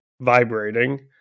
vibrating